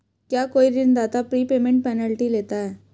क्या कोई ऋणदाता प्रीपेमेंट पेनल्टी लेता है?